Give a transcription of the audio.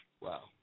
Wow